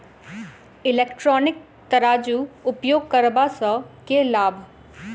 Electronic तराजू उपयोग करबा सऽ केँ लाभ?